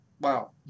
Wow